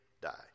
die